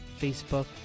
facebook